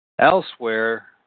Elsewhere